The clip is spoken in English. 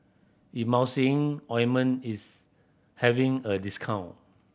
Emulsying Ointment is having a discount